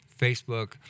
Facebook